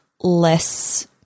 less